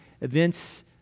events